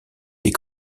des